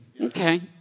Okay